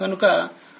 కనుకఅందుకే q2 0